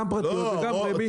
גם פרטיות וגם רמ"י, אותו דבר.